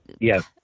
Yes